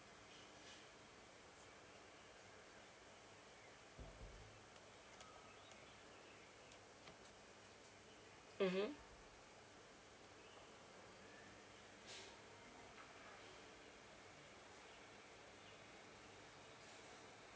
mmhmm